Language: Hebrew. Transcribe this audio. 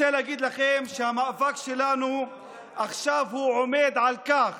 אני רוצה להגיד לכם שהמאבק שלנו עכשיו עומד על כך: